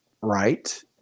right